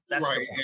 Right